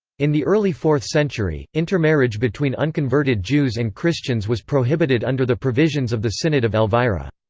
in the early fourth century, intermarriage between unconverted jews and christians was prohibited under the provisions of the synod of elvira.